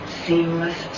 seamless